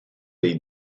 dei